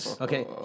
Okay